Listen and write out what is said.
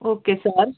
okay sir